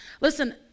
listen